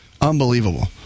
Unbelievable